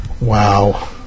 Wow